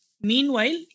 Meanwhile